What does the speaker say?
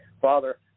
Father